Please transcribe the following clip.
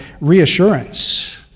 reassurance